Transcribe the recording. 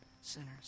sinners